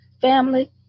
Family